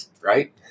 right